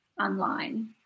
online